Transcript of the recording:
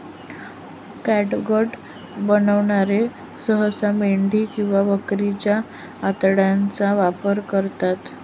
catgut बनवणारे सहसा मेंढी किंवा बकरीच्या आतड्यांचा वापर करतात